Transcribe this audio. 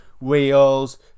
Wheels